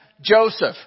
Joseph